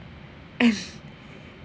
and